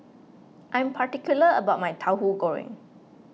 I'm particular about my Tauhu Goreng